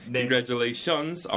Congratulations